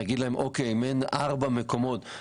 נגיד להם שאם אין ארבע מקומות,